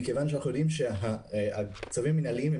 מכיוון שאנחנו יודעים שצווים מינהליים הם